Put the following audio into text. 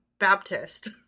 baptist